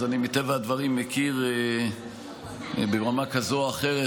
אז מטבע הדברים אני מכיר ברמה כזאת או אחרת